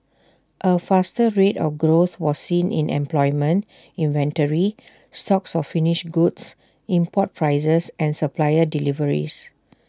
A faster rate of growth was seen in employment inventory stocks of finished goods import prices and supplier deliveries